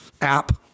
App